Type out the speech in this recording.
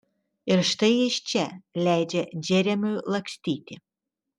ir štai jis čia leidžia džeremiui lakstyti